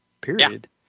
period